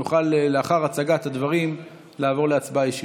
לאחר הצגת הדברים נוכל לעבור להצבעה ישירות.